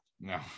no